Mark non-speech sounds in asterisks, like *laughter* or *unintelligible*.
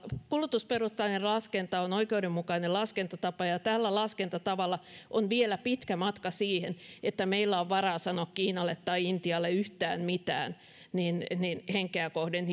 kulutusperustainen laskenta on oikeudenmukainen laskentatapa ja tällä laskentatavalla on vielä pitkä matka siihen että meillä on varaa sanoa kiinalle tai intialle yhtään mitään hiilipäästöistä henkeä kohden *unintelligible*